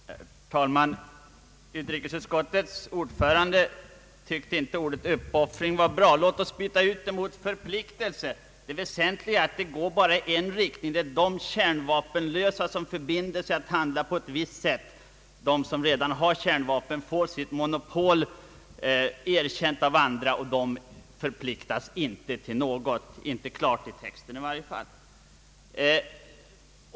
Herr talman! Utrikesutskottets ordförande tyckte inte att ordet »uppoffring» var bra. Låt oss byta ut det mot »förpliktelse». Det väsentliga är att avtalet gäller bara i en riktning. De kärnvapenlösa förbinder sig att handla på ett visst sätt, och de som redan har kärnvapen får sitt monopol erkänt av andra. Kärnvapenmakterna förpliktas inte till något — i varje fall inte klart 1 texten.